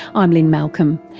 i'm lynne malcolm,